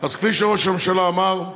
אז כפי שראש הממשלה אמר,